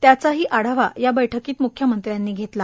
त्याचाही आढावा या वैठक्रीत मुख्यमंत्र्यांनी घेतला